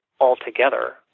altogether